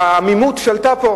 שהעמימות שלטה פה.